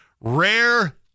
rare